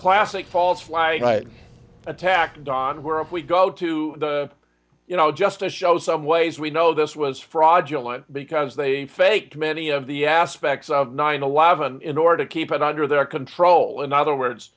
classic false why attack don where if we go to you know just to show some ways we know this was fraudulent because they faked many of the aspects of nine eleven in order to keep it under their control in other words